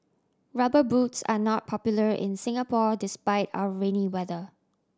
Rubber Boots are not popular in Singapore despite our rainy weather